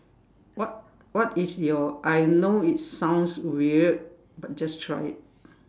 what what is your I know it sounds weird but just try it